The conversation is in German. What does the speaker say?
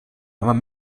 einmal